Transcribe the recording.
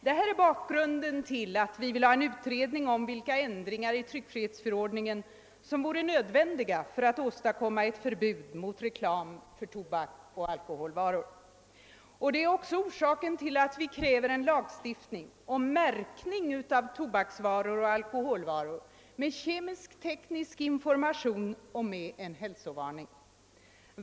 Det här är bakgrunden till att vi vill ha en utredning om vilka ändringar i tryckfrihetsförordningen som vore nödvändiga för att åstadkomma ett förbud mot reklam för tobak och alkoholvaror, och det är också orsaken till att vi kräver lagstiftning om märkning av tobaksvaror och alkoholvaror med kemisk-teknisk information och med häl sovarning.